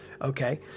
Okay